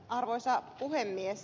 arvoisa puhemies